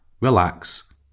relax